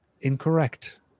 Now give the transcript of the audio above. Incorrect